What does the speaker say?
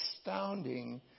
astounding